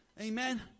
Amen